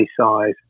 size